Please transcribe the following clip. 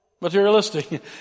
Materialistic